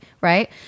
right